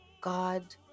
God